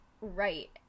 right